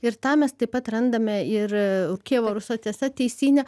ir tą mes taip pat randame ir kijevo rusioj tiesa teisyne